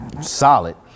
solid